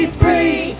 free